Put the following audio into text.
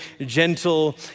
gentle